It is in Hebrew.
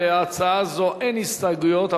להצעה זו אין הסתייגויות,